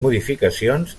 modificacions